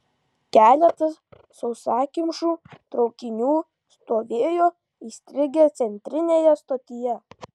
keletas sausakimšų traukinių stovėjo įstrigę centrinėje stotyje